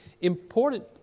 important